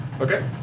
Okay